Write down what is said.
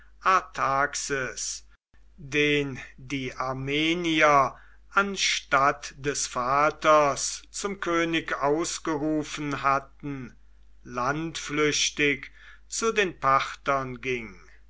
artaxes den die armenier anstatt des vaters zum könig ausgerufen hatten landflüchtig zu den parthern ging